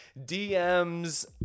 DMs